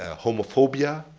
ah homophobia,